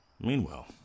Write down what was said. Meanwhile